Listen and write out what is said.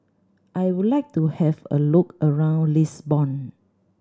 I would like to have a look around Lisbon